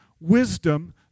Wisdom